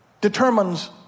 determines